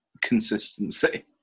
consistency